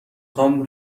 خوام